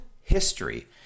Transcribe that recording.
history